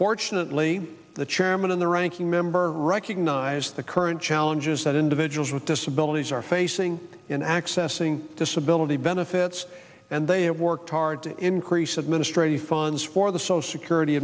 fortunately the chairman in the ranking member recognized the current challenges that individuals with disabilities are facing in accessing disability benefits and they have worked hard to increase administrative funds for the social security